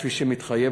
כפי שמתחייב,